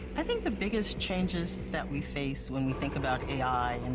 i think the biggest changes that we face when we think about a i. and